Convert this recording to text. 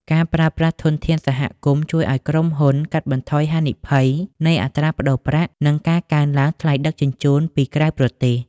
ការប្រើប្រាស់ធនធានពីសហគមន៍ជួយឱ្យក្រុមហ៊ុនកាត់បន្ថយហានិភ័យនៃអត្រាប្តូរប្រាក់ និងការឡើងថ្លៃដឹកជញ្ជូនពីក្រៅប្រទេស។